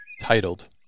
titled